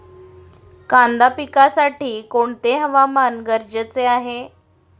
कांदा पिकासाठी कोणते हवामान गरजेचे आहे?